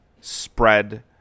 spread